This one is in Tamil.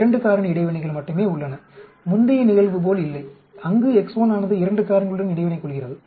2 காரணி இடைவினைகள் மட்டுமே உள்ளன முந்தைய நிகழ்வு போல் இல்லை அங்கு x1 ஆனது 2 காரணிகளுடன் இடைவினை கொள்கிறது